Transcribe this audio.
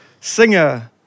singer